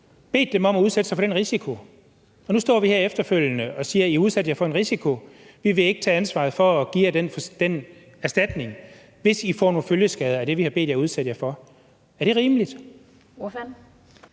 bedt dem om at udsætte sig for en risiko. Nu står vi her efterfølgende og siger: I har udsat jer for en risiko. Vi vil ikke tage ansvaret for at give jer erstatning, hvis I får nogen følgeskader af det, vi har bedt jer udsætte jer for. Er det rimeligt?